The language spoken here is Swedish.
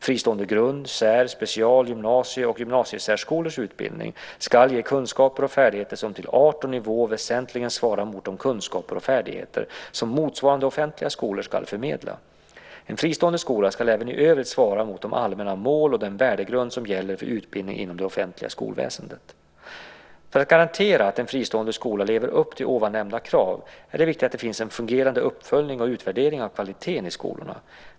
Fristående grund-, sär-, special-, gymnasie och gymnasiesärskolors utbildning ska ge kunskaper och färdigheter som till art och nivå väsentligen svarar mot de kunskaper och färdigheter som motsvarande offentliga skolor ska förmedla. En fristående skola ska även i övrigt svara mot de allmänna mål och den värdegrund som gäller för utbildning inom det offentliga skolväsendet. För att garantera att en fristående skola lever upp till ovan nämnda krav är det viktigt att det finns en fungerande uppföljning och utvärdering av kvaliteten i skolorna.